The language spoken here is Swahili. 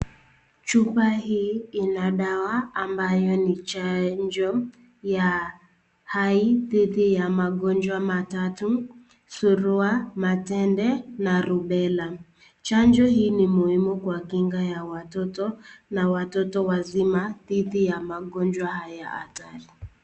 Chupa hii ina dawa ambayo ni chanjo ya hai dhidi ya magonjwa matatu surua, matende na rubela. Chanjo hii ni muhimu kwa kinga ya watoto na watoto wazima dhidi ya magonjwa haya hatari.